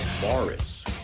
Morris